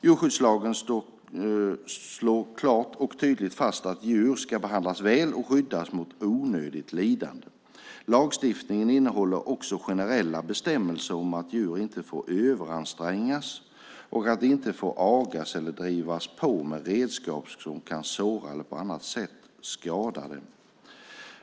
Djurskyddslagen slår klart och tydligt fast att djur ska behandlas väl och skyddas mot onödigt lidande. Lagstiftningen innehåller också generella bestämmelser om att djur inte får överansträngas och att de inte får agas eller drivas på med redskap som kan såra eller på annat sätt skada dem.